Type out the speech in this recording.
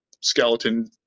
skeleton